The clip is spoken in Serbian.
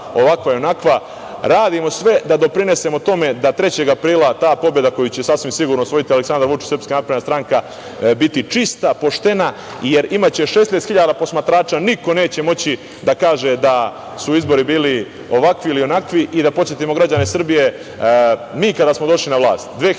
ovakva ili onakva. Radimo sve da doprinesemo tome da 3. aprila ta pobeda koju će sasvim sigurno osvojiti Aleksandar Vučić i SNS biti čista poštena, jer imaće 16.000 posmatrača. Niko neće moći da kaže da su izbori bili ovakvi ili onakvi. Da podsetimo građane Srbije, mi kada smo došli na vlast